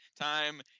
time